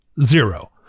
Zero